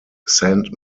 saint